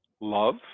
love